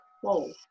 whoa